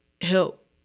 Help